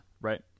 right